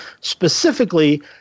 Specifically